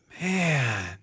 Man